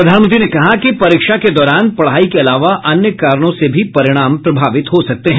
प्रधानमंत्री ने कहा कि परीक्षा के दौरान पढ़ाई के अलावा अन्य कारणों से भी परिणाम प्रभावित हो सकते हैं